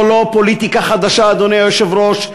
זאת לא פוליטיקה חדשה, אדוני היושב-ראש,